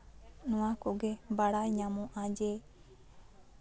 ᱱᱚᱣᱟ ᱠᱚᱜᱮ ᱵᱟᱲᱟᱭ ᱧᱟᱢᱚᱜᱼᱟ ᱡᱮ